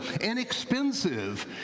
inexpensive